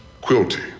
Quilty